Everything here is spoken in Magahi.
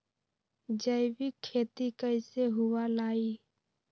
जैविक खेती कैसे हुआ लाई?